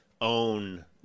own